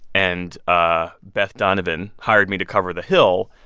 and ah beth donovan hired me to cover the hill,